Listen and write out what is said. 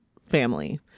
family